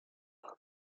boat